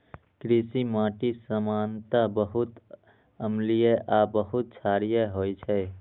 कृषि माटि सामान्यतः बहुत अम्लीय आ बहुत क्षारीय होइ छै